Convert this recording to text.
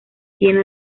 tiene